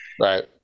Right